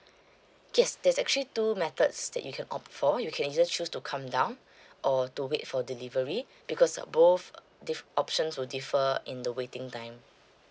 yes there's actually two methods that you can opt for you can just choose to come down or to wait for delivery because both the options will differ in the waiting time